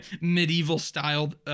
medieval-styled